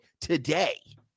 today